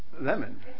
Lemon